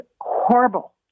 horrible